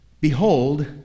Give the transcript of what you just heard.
Behold